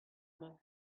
mañ